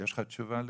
יש לך תשובה לזה?